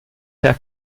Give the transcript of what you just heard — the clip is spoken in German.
herr